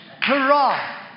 Hurrah